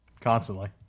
Constantly